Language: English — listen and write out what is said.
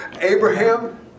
Abraham